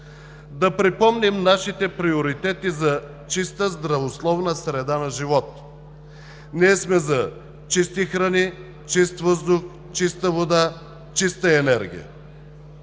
Да припомним нашите приоритети за чиста, здравословна среда на живот. Ние сме за чисти храни, чист въздух, чиста вода, чиста енергия.